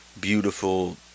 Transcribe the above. beautiful